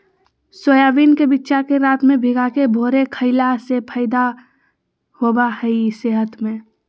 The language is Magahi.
सोयाबीन के बिच्चा के रात में भिगाके भोरे खईला से फायदा होबा हइ सेहत में